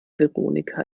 veronika